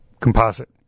composite